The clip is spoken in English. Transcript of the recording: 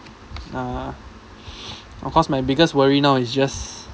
(uh huh) of course my biggest worry now is just